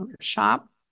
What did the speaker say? shop